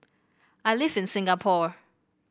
I live in Singapore